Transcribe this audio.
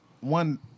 One-